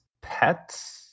Pets